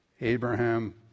Abraham